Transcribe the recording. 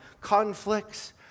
conflicts